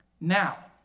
Now